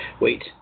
wait